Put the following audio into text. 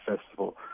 Festival